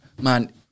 man